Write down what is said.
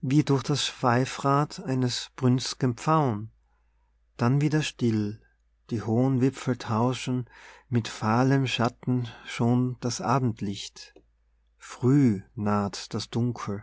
wie durch das schweifrad eines brünst'gen pfauen dann wieder still die hohen wipfel tauschen mit fahlem schatten schon das abendlicht früh naht das dunkel